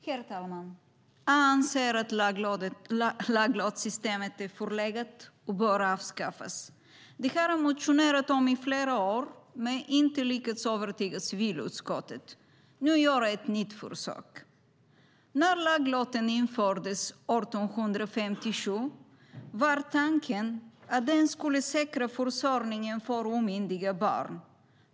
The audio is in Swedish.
Herr talman! Jag anser att laglottssystemet är förlegat och bör avskaffas. Det har jag motionerat om i flera år, men jag har inte lyckats övertyga civilutskottet. Nu gör jag ett nytt försök. När laglotten infördes 1857 var tanken att den skulle säkra försörjningen för omyndiga barn.